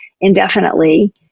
indefinitely